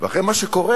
ואחרי מה שקורה,